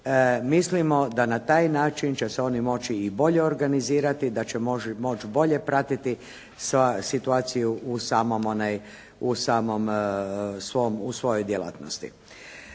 mislimo da na taj način će se oni moći i bolje organizirati da će moći bolje pratiti situaciju u svojoj djelatnosti.